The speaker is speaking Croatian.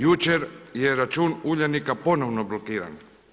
Jučer je račun Uljanika ponovno blokiran.